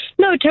No